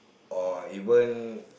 or even